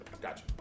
Gotcha